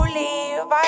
leave